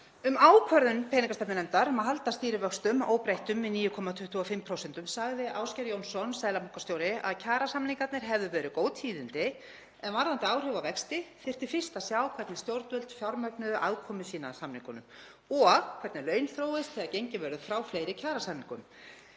Um ákvörðun peningastefnunefndar um að halda stýrivöxtum óbreyttum í 9,25% sagði Ásgeir Jónsson seðlabankastjóri að kjarasamningarnir hefðu verið góð tíðindi en varðandi áhrif á vexti þyrfti fyrst að sjá hvernig stjórnvöld fjármögnuðu aðkomu sína að samningunum og hvernig laun þróast þegar gengið verður frá fleiri kjarasamningum.